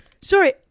Sorry